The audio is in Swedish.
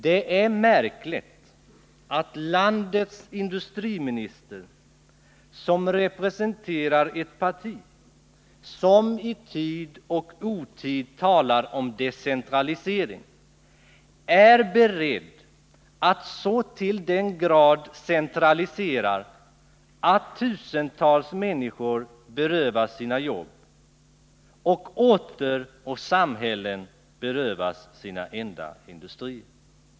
Det är märkligt att landets industriminister, som representerar ett parti som i tid och otid talar om decentralisering, är beredd att så till den grad centralisera att tusentals människor berövas sina jobb och att orter och samhällen berövas sina enda industrier.